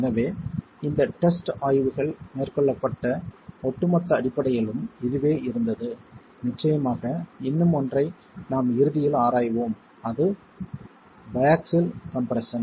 எனவே இந்த டெஸ்ட் ஆய்வுகள் மேற்கொள்ளப்பட்ட ஒட்டுமொத்த அடிப்படையிலும் இதுவே இருந்தது நிச்சயமாக இன்னும் ஒன்றை நாம் இறுதியில் ஆராய்வோம் அது பையாக்ஸில் கம்ப்ரெஸ்ஸன்